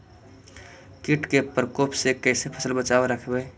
कीट के परकोप से कैसे फसल बचाब रखबय?